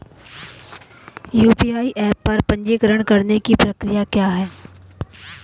UPI app पर पंजीकरण करने की प्रक्रिया क्या है?